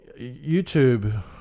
YouTube